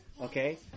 Okay